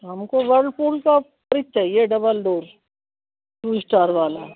हमको वर्लपूल का फ़्रिज चाहिए डबल डोर टू इश्टार वाला